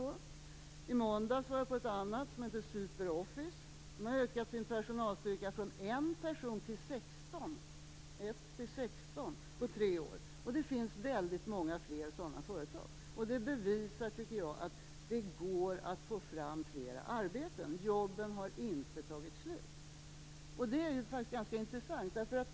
I måndags var jag på ett annat företag, som heter Superoffice. De har ökat sin personalstyrka från 1 person till 16 på tre år. Det finns väldigt många fler sådana företag. Det bevisar, tycker jag, att det går att få fram fler arbeten. Jobben har inte tagit slut. Det är faktiskt ganska intressant.